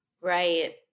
Right